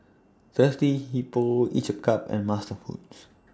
Thirsty Hippo Each A Cup and MasterFoods